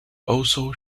also